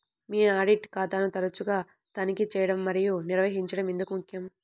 మీ audit ఖాతాను తరచుగా తనిఖీ చేయడం మరియు నిర్వహించడం ఎందుకు ముఖ్యం?